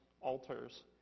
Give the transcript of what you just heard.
altars